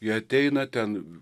jie ateina ten